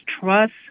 trust